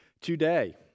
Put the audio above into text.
today